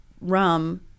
rum